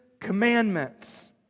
commandments